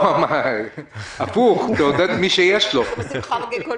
אנחנו לא